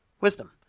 wisdom